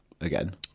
again